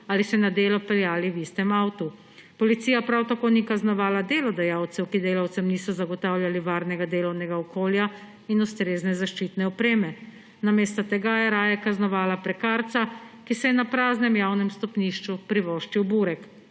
ali se na delo peljali v istem avtu. Policija prav tako ni kaznovala delodajalcev, ki delavcem niso zagotavljali varnega delovnega okolja in ustrezne zaščitne opreme. Namesto tega je raje kaznovala prekarca, ki si je na praznem javnem stopnišču privoščil burek.